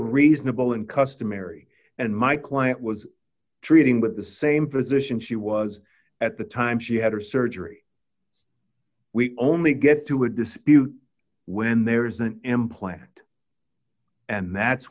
reasonable and customary and my client was treating with the same physician she was at the time she had her surgery we only get to a dispute when there is an implant and that's